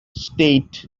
state